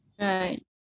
right